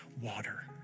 water